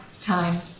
time